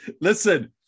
listen